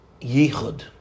yichud